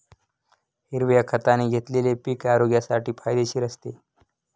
हिरव्या खताने घेतलेले पीक आरोग्यासाठी फायदेशीर असते